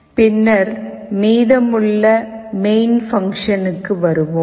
பின்னர் மீதமுள்ள மெயின் பங்க்ஷனுக்கு வருவோம்